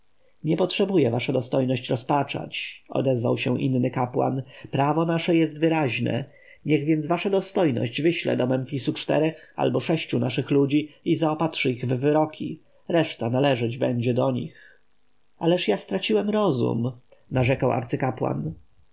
nie potrzebuje wasza dostojność rozpaczać odezwał się inny kapłan prawo nasze jest wyraźne niech więc wasza dostojność wyśle do memfisu czterech albo sześciu naszych ludzi i zaopatrzy ich w wyroki reszta należyć będzie do nich ależ ja straciłem rozum narzekał arcykapłan